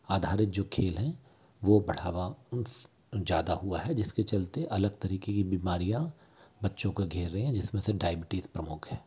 आधारित जो खेल हैं वो बढ़ावा उस ज़्यादा हुआ है जिसके चलते अलग तरीक़े की बीमारियाँ बच्चों को घेर रही हैं जिस में से डाइबिटीज़ प्रमुख है